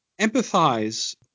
empathize